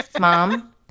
Mom